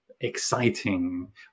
exciting